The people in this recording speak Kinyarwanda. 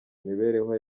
imibereho